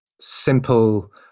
simple